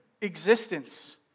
existence